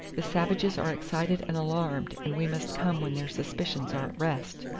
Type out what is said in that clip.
the savages are excited and alarmed, and we must come when their suspicions are at rest.